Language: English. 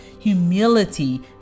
humility